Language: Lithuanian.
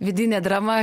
vidinė drama